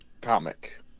Comic